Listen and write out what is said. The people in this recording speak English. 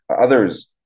others